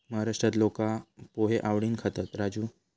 महाराष्ट्रात लोका पोहे आवडीन खातत, राजू